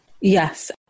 Yes